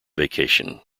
vacation